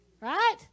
Right